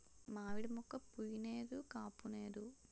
మావిడి మోక్క పుయ్ నేదు కాపూనేదు